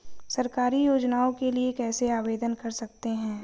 सरकारी योजनाओं के लिए कैसे आवेदन कर सकते हैं?